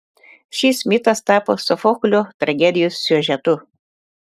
šis mitas tapo sofoklio tragedijos siužetu